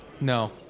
No